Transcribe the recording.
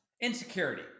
insecurity